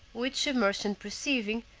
which a merchant perceiving,